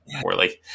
poorly